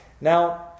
now